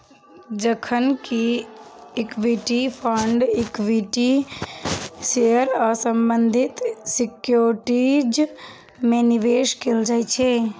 जखन कि equity fund equity share आ संबंधित सिक्योरिटीज मे निवेश कैल जाइ छै